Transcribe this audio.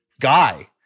guy